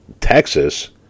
Texas